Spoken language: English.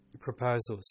proposals